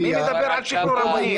מי מדבר על שחרור המוני?